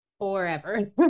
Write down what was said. forever